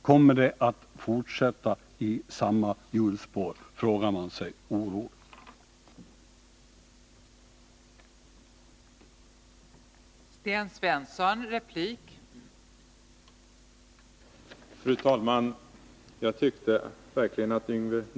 Kommer det att fortsätta i samma hjulspår? Det frågar man sig oroligt.